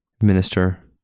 Minister